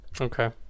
okay